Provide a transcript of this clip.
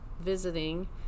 visiting